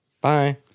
bye